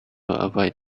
avoid